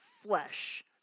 flesh